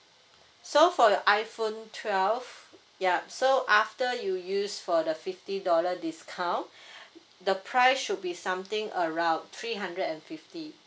so for your iphone twelve ya so after you use for the fifty dollar discount the price should be something around three hundred and fifty